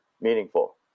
meaningful